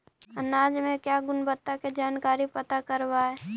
अनाज मे क्या गुणवत्ता के जानकारी पता करबाय?